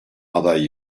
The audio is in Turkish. aday